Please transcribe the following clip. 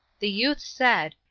the youth said,